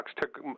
took